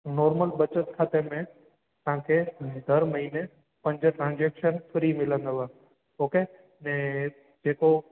normal बचत खाते में तव्हांखे हर महीने पंज ट्रांज़ेक्शन फ्री मिलंदव ओके ऐं जेको